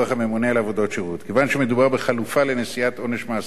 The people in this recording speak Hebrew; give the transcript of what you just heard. כיוון שמדובר בחלופה לנשיאת עונש מאסר מאחורי סורג ובריח,